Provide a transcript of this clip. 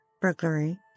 burglary